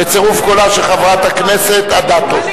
בצירוף קולה של חברת הכנסת אדטו.